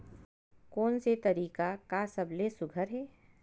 कोन से तरीका का सबले सुघ्घर हे?